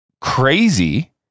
crazy